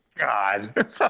god